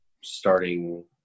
starting